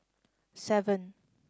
seven